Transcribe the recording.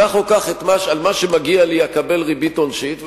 כך או כך על מה שמגיע לי אקבל ריבית עונשית,